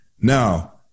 Now